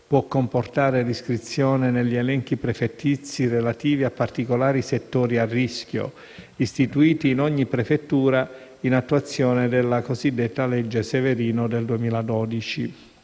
può comportare l'iscrizione negli elenchi prefettizi relativi a particolari settori a rischio, istituiti in ogni prefettura in attuazione della cosiddetta legge Severino del 2012.